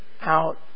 out